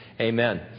Amen